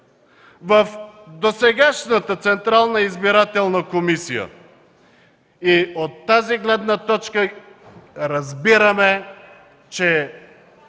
в досегашната Централна избирателна комисия. От тази гледна точка разбираме, че